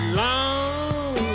long